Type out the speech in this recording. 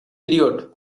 period